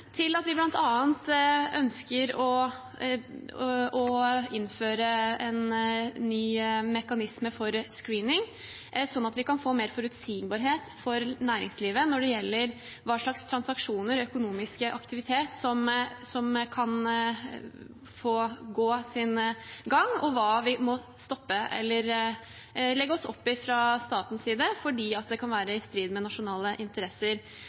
til at vi bl.a. ønsker å innføre en ny mekanisme for screening, sånn at vi kan få mer forutsigbarhet for næringslivet når det gjelder hva slags transaksjoner, økonomisk aktivitet, som kan få gå sin gang, og hva vi må stoppe eller legge oss opp i fra statens side fordi det kan være i strid med nasjonale interesser.